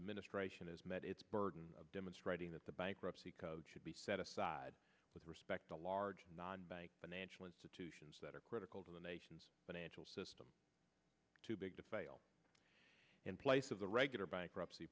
administration has met its burden of demonstrating that the bankruptcy code should be set aside with respect to large non bank financial institutions that are critical to the nation's financial system too big to fail in place of the regular bankruptcy